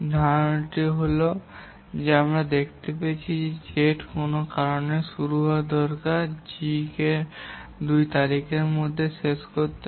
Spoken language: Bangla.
ধারণাটি হল যে পর্যন্ত আমরা দেখতে পেয়েছি যে Z কোনও তারিখে শুরু হওয়া দরকার G কে ২ তারিখের মধ্যে শেষ করতে হবে